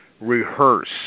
Rehearse